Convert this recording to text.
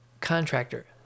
contractor